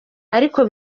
ariko